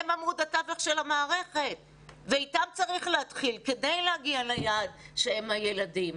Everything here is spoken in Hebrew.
הם עמוד התווך של המערכת ואיתם צריך להתחיל כדי להגיע ליעד שהם הילדים.